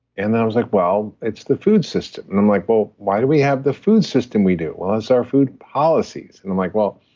and i was like, well, it's the food system, and i'm like well, why do we have the food system we do? well, it's our food policies and i'm like, well.